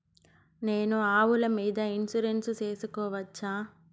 నేను ఆవుల మీద ఇన్సూరెన్సు సేసుకోవచ్చా?